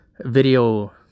video